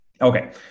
Okay